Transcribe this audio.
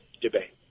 debate